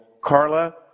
Carla